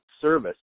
service